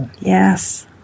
Yes